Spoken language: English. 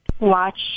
watch